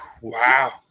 Wow